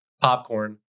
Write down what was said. popcorn